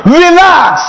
relax